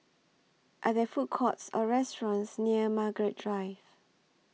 Are There Food Courts Or restaurants near Margaret Drive